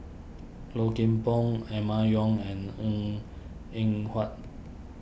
Low Kim Pong Emma Yong and Ng Eng Huat